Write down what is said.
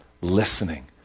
listening